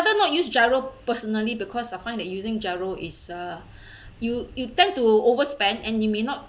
not use GIRO personally because I find that using GIRO is uh you you tend to overspend and you may not